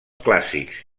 clàssics